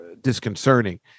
disconcerting